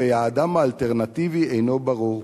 ויעדם האלטרנטיבי אינו ברור.